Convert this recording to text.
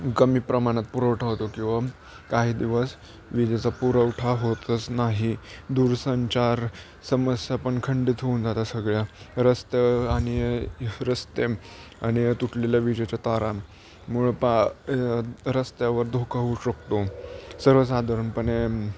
कमी प्रमाणात पुरवठा होतो किंवा काही दिवस विजेचा पुरवठा होतच नाही दूरसंचार समस्या पण खंडित होऊन जाता सगळ्या रस्तं आणि रस्ते आणि तुटलेल्या विजेच्या तारांमुळं पा रस्त्यावर धोका होऊ शकतो सर्वसाधारणपणे